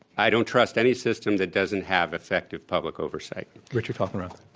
i don't trust any system that doesn't have effective public oversight. richard falkenrath.